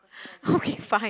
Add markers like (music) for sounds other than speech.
(laughs) okay fine